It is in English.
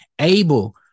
Abel